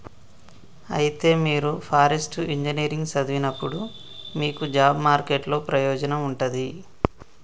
అయితే మీరు forest engineering సదివినప్పుడు మీకు జాబ్ మార్కెట్ లో ప్రయోజనం ఉంటది